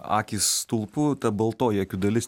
akys stulpu ta baltoji dalis